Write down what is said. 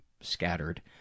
scattered